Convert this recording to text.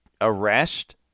arrest